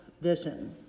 vision